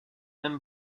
même